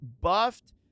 buffed